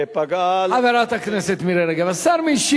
זה בסדר, דב חנין?